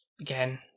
Again